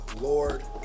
Lord